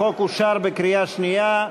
החוק אושר בקריאה שנייה.